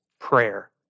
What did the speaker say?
prayer